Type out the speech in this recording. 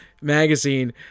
magazine